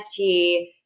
nft